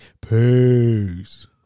Peace